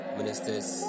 ministers